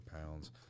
pounds